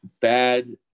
bad